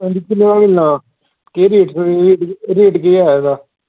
ते फिर ओह् रेट रेट केह् ऐ एह्दा